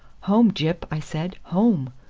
home, gyp! i said. home!